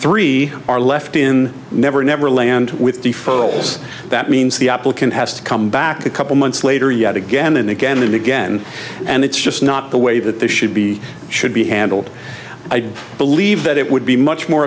three are left in never neverland with the folds that means the applicant has to come back a couple months later yet again and again and again and it's just not the way that this should be should be handled i do believe that it would be much more